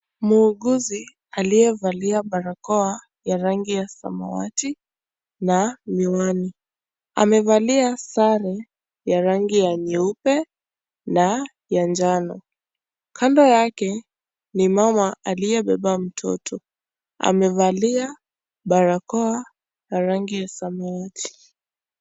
Muuguzi aliyevalia barakoa ya rangi ya samawati na miwani. Amevalia sare ya rangi ya nyeupe na njano. Kando yake ni mama aliyebeba mtoto na amevalia barakoa ya rangi ya samawati.